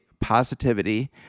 positivity